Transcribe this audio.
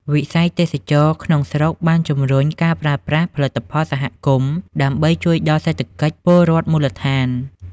វិស័យ ទេសចរណ៍ ក្នុងស្រុកបានជម្រុញការប្រើប្រាស់ផលិតផលសហគមន៍ ដើម្បីជួយដល់សេដ្ឋកិច្ចពលរដ្ឋមូលដ្ឋាន។